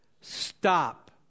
stop